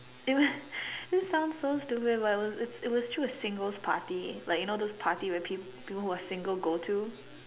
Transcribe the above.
it was this sounds so stupid but it was it was through a single's party like you know those party where peop~ people who are single go to